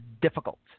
difficult